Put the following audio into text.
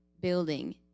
building